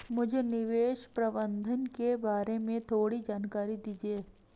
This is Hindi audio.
मुझे निवेश प्रबंधन के बारे में थोड़ी जानकारी दीजिए